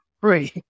free